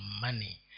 money